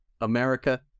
America